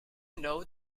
know